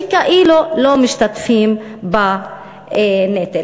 שכאילו לא משתתפות בנטל.